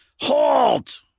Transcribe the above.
Halt